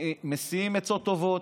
משיאים עצות טובות,